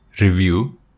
review